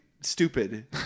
stupid